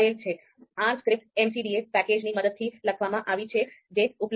R script MCDA પેકેજની મદદથી લખવામાં આવી છે જે ઉપલબ્ધ છે